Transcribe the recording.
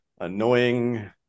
annoying